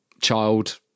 child